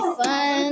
fun